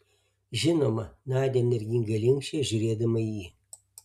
žinoma nadia energingai linkčiojo žiūrėdama į jį